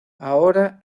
ahora